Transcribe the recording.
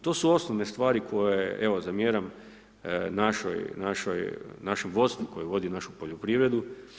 To su osnovne stvari koje evo zamjeram našoj, našoj, našem vodstvu koje vodi našu poljoprivredu.